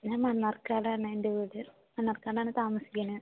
ഞാൻ മണ്ണാർക്കാട് ആണെൻ്റെ വീട് മണ്ണാർക്കാടാണ് താമസിക്കണത്